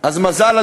אז מזל,